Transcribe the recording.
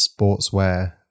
sportswear